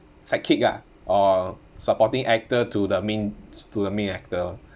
sidekick ah or supporting actor to the main t~ to the main actor